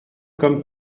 comme